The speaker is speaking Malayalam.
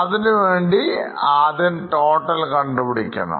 അതിനുവേണ്ടി ആദ്യം ടോട്ടൽ കണ്ടുപിടിക്കണം